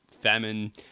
famine